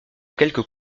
quelques